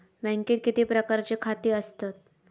बँकेत किती प्रकारची खाती आसतात?